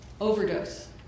Overdose